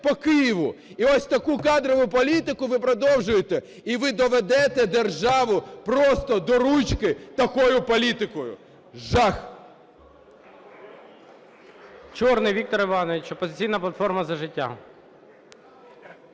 по Києву. І ось таку кадрову політику ви продовжуєте, і ви доведете державу просто до ручки такою політикою. Жах!